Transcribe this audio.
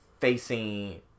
facing